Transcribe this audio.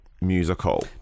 musical